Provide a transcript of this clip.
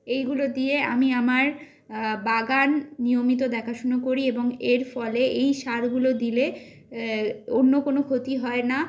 এইগুলো দিয়ে আমি আমার বাগান নিয়মিত দেখাশুনো করি এবং এর ফলে এই সারগুলো দিলে অন্য কোনো ক্ষতি হয় না